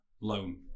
loan